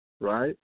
right